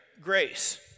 grace